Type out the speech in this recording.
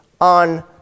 on